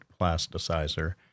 plasticizer